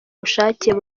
bushake